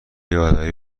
یادآوری